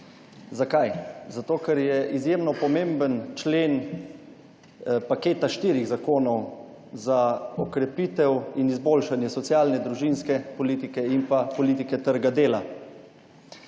Zakaj? Zato ker je izjemno pomemben člen paketa štirih zakonov za okrepitev in izboljšanje socialne, družinske politike in pa politike trga dela.